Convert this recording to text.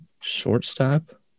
Shortstop